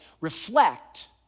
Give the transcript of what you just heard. reflect